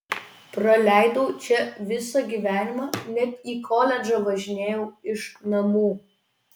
praleidau čia visą gyvenimą net į koledžą važinėjau iš namų